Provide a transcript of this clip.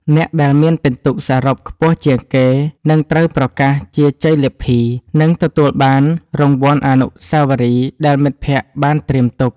អ្នកដែលមានពិន្ទុសរុបខ្ពស់ជាងគេនឹងត្រូវប្រកាសជាជ័យលាភី និងទទួលបានរង្វាន់អនុស្សាវរីយ៍ដែលមិត្តភក្តិបានត្រៀមទុក។